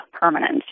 permanent